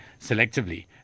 selectively